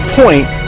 point